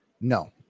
No